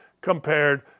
compared